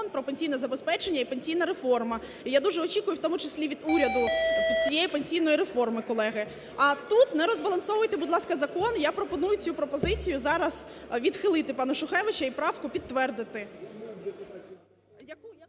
про пенсійне забезпечення і пенсійна реформа. І я дуже очікую у тому числі і від уряду цієї пенсійної реформи, колеги. А тут не розбалансовуйте, будь ласка, закон. Я пропоную цю пропозицію зараз відхилити пана Шухевича і правку підтвердити.